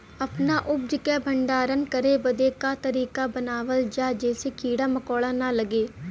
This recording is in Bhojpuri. अपना उपज क भंडारन करे बदे का तरीका अपनावल जा जेसे कीड़ा मकोड़ा न लगें?